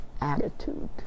attitude